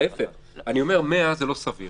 אני אומר ש-100 זה לא סביר